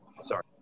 sorry